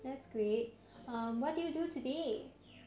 that's great um what did you do today